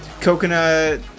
coconut